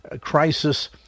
crisis